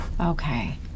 Okay